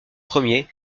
premier